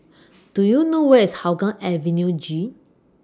Do YOU know Where IS Hougang Avenue G